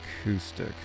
acoustic